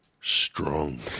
strong